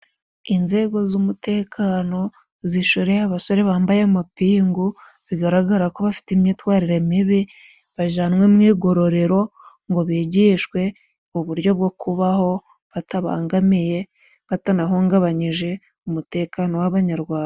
Inzego z'umutekano zishoreye abasore bambaye amapingu, bigaragara ko bafite imyitwarire mibi, bajyanwe mu igororero ngo bigishwe uburyo bwo kubaho batabangamiye, batanahungabanyije umutekano w'abanyarwanda.